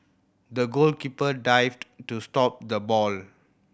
the goalkeeper dived to stop the ball